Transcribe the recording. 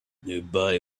nearby